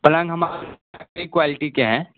پلنگ ہمارے یہاں اچھی کوالٹی کے ہیں